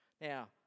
Now